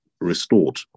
restored